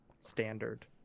standard